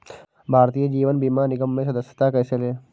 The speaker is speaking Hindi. भारतीय जीवन बीमा निगम में सदस्यता कैसे लें?